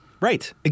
right